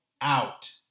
out